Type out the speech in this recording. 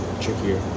trickier